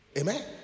Amen